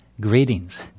greetings